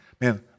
man